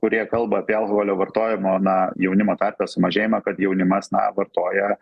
kurie kalba apie alkoholio vartojimo na jaunimo tarpe sumažėjimą kad jaunimas na vartoja